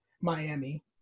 Miami